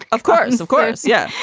of course. of course. yeah.